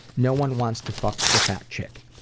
no one wants to fuck the fat chick.